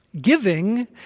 Giving